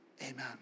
Amen